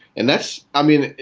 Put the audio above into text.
and that's i mean,